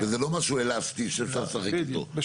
וזה לא משהו אלסטי שאפשר לשחק איתו.